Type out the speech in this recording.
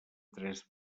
tres